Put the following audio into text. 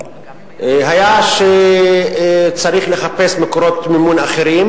היה שצריך לחפש מקורות מימון אחרים